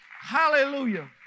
Hallelujah